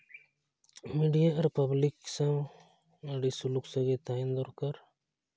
media ᱟᱨ public ᱥᱟᱶ ᱟᱹᱰᱤ ᱥᱩᱞᱩᱠ ᱥᱟᱹᱜᱟᱹᱭ ᱛᱟᱦᱮᱱ ᱫᱚᱨᱠᱟᱨ